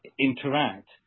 interact